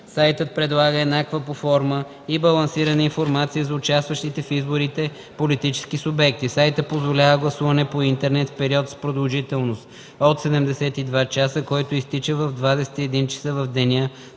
Сайтът предлага еднаква по форма и балансирана информация за участващите в изборите политически субекти. Сайтът позволява гласуване по интернет в период с продължителност от 72 часа, който изтича в 21.00 часа в деня,